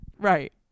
Right